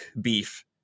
beef